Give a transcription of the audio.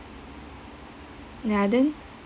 ya then